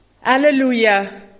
Hallelujah